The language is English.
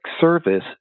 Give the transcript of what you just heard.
service